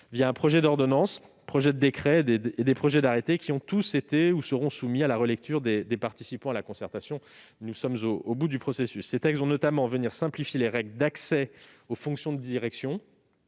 un projet d'ordonnance, un projet de décret et des projets d'arrêtés qui ont tous été ou seront soumis à la relecture des participants à la concertation : le processus arrive à son terme. Ces textes vont notamment simplifier les règles d'accès aux fonctions de direction